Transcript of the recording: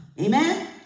amen